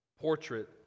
portrait